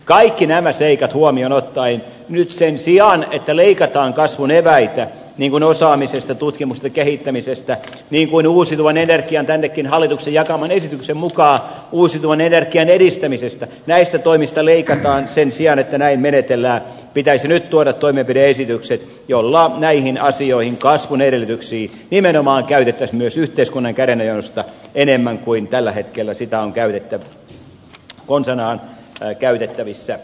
kaikki nämä seikat huomioon ottaen nyt sen sijaan että leikataan kasvun eväistä niin kuin osaamisesta tutkimuksesta kehittämisestä niin kuin tännekin hallituksen jakaman esityksen mukaan uusiutuvan energian edistämisestä näistä toimista leikataan sen sijaan että näin menetellään pitäisi nyt tuoda toimenpide esitykset joilla näihin asioihin kasvun edellytyksiin nimenomaan käytettäisiin myös yhteiskunnan kädenojennusta enemmän kuin tällä hetkellä sitä on konsanaan käytettävissä